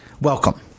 Welcome